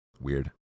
weird